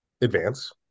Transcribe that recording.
advance